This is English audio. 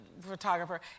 Photographer